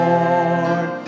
Lord